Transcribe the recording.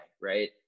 Right